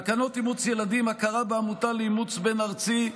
תקנות אימוץ ילדים (הכרה בעמותה לאימוץ בין-ארצי),